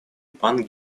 пан